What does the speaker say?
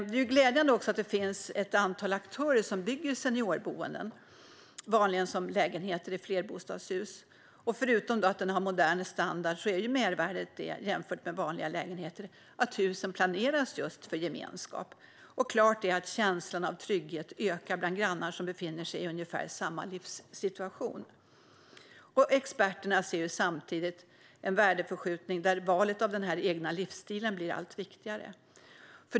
Det är glädjande att det finns ett antal aktörer som bygger seniorboenden, vanligen som lägenheter i flerbostadshus. Förutom att de har modern standard är mervärdet, jämfört med vanliga lägenheter, att husen planeras just för gemenskap. Klart är att känslan av trygghet ökar bland grannar som befinner sig i ungefär samma livssituation. Experterna ser samtidigt en värdeförskjutning, där valet av egen livsstil blir allt viktigare.